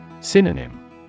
Synonym